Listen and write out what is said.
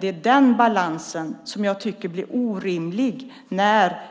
Det är den balansen som jag tycker blir orimlig när